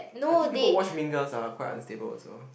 I think people watch mingles are quite unstable also